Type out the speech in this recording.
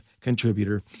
contributor